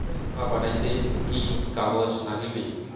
টাকা পাঠাইতে কি কাগজ নাগীবে?